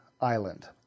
Island